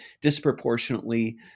disproportionately